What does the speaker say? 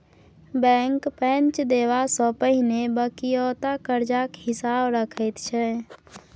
bank पैंच देबा सँ पहिने बकिऔता करजाक हिसाब देखैत छै